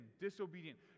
disobedient